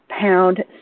pound